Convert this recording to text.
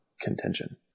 contention